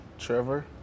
Trevor